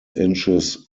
inches